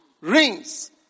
rings